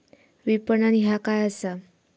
विपणन ह्या काय असा?